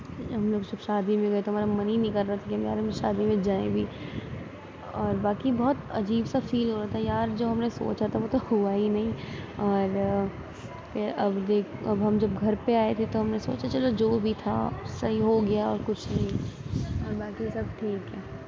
ہم لوگ جب شادی میں گئے تھے تو ہمارا من ہی نہیں کر رہا تھا کہ یار ہم شادی میں جائیں بھی اور باقی بہت عجیب سا فیل ہو رہا تھا یار جو ہم نے سوچا تھا وہ تو ہوا ہی نہیں اور اب دیکھ اب ہم جب گھر پہ آئے تھے تو ہم نے سوچا چلو جو بھی تھا صحیح ہو گیا اور کچھ نہیں اور باقی سب ٹھیک ہے